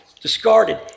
discarded